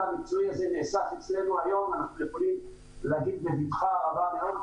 המקצועי הזה נאסף אצלנו היום ואנחנו יכולים להגיד בבטחה גדולה מאוד,